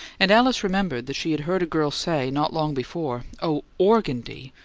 and alice remembered that she had heard a girl say, not long before, oh, organdie!